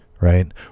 right